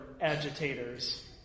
agitators